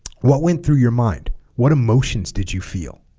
what went through your mind what emotions did you feel